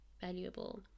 valuable